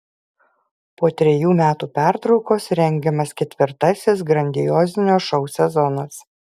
po trejų metų pertraukos rengiamas ketvirtasis grandiozinio šou sezonas